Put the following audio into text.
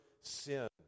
sin